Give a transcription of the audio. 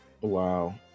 Wow